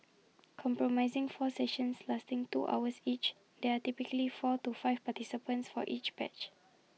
comprising four sessions lasting two hours each there are typically four to five participants for each batch